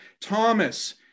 thomas